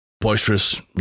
boisterous